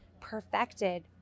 perfected